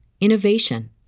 innovation